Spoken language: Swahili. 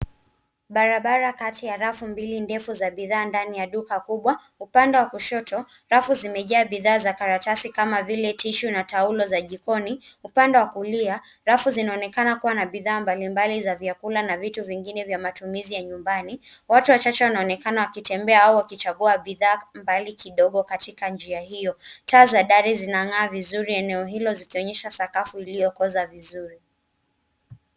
Barabara kati ya rafu mbili ndefu za bidhaa ndani ya duka kubwa. Upande wa kushoto rafu zimejaa bidhaa za karatasi kama vile tissue na taulo za jikoni. Upande wa kulia rafu zinaonekana kuwa na bidhaa mbalimbali za vyakula na vitu vingine vya matumizi ya nyumbani. Watu wachache wanaonekana wakitembea au wakichagua bidhaa mbali kidogo katika njia hiyo. Taa za dari zinang'aa vizuri eneo hilo zikionyesha safu iliyokoza vizuri.